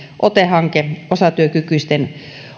ote hanke osatyökykyisten